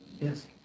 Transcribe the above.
Yes